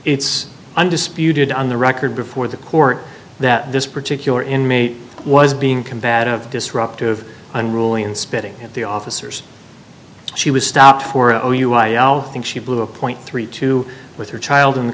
it's undisputed on the record before the court that this particular inmate was being combative disruptive unruly and spitting at the officers she was stopped for a o u i all think she blew a point three two with her child in the